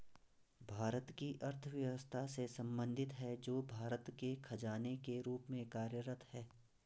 भारत की अर्थव्यवस्था से संबंधित है, जो भारत के खजाने के रूप में कार्यरत है